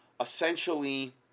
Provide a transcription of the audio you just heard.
essentially